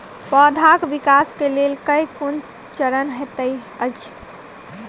पौधाक विकास केँ केँ कुन चरण हएत अछि?